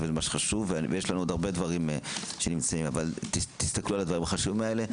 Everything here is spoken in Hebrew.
ויש לנו עוד הרבה דברים שנמצאים אבל תסתכלו על הדברים החשובים האלה.